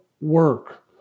work